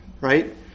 right